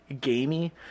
gamey